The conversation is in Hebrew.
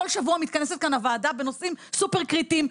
בכל שבוע מתכנסת כאן הוועדה בנושאים סופר קריטיים,